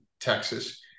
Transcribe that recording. Texas